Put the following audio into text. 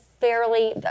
fairly